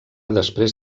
després